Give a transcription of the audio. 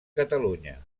catalunya